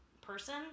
person